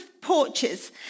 porches